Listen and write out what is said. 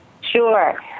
Sure